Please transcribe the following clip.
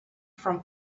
from